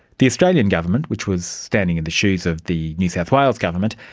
the australian government, which was standing in the shoes of the new south wales government,